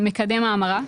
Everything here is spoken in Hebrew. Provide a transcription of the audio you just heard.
מקדם ההמרה,